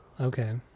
Okay